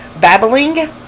Babbling